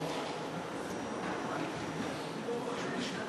אני מבקש ממך לא לפנות שלא דרכי לחבר מהסיעה שלי.